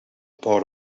board